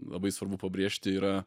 labai svarbu pabrėžti yra